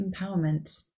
empowerment